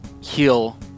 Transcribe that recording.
heal